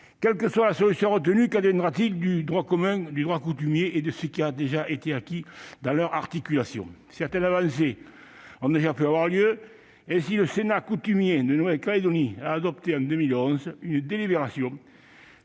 Quelle que soit la solution retenue, qu'adviendra-t-il du droit commun, du droit coutumier et de ce qui a déjà été acquis dans leur articulation ? Certaines avancées ont déjà eu lieu. Ainsi, le Sénat coutumier de Nouvelle-Calédonie a adopté, en 2011, une délibération